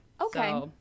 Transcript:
okay